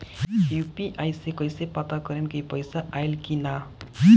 UPI से कईसे पता करेम की पैसा आइल की ना?